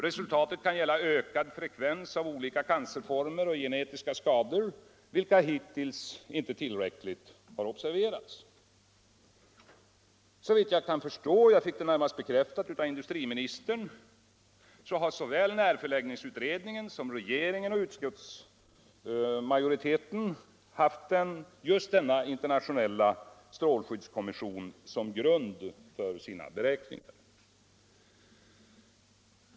Resultatet kan vara ökad frekvens av olika cancerformer och genetiska skador, vilka hittills inte tillräckligt har observerats. Såvitt jag kan förstå — och jag fick det närmast bekräftat av industriministern — har såväl närförläggningsutredningen som regeringen och utskottsmajoriteten haft den internationella strålskyddskommissionens uttalanden som grund för sina beräkningar.